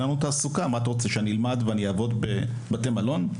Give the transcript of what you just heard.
אין לנו תעסוקה מה אתה רוצה שאני אלמד ואני אעבוד בבתי מלון?